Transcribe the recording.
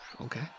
Okay